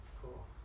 Cool